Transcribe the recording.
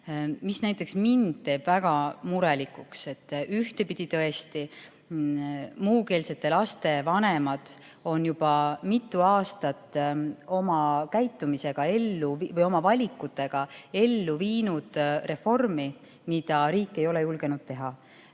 Mis näiteks mind teeb väga murelikuks? Ühtepidi tõesti, muukeelsete laste vanemad on juba mitu aastat oma valikutega ellu viinud reformi, mida riik ei ole julgenud teha,